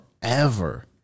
forever